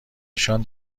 نشان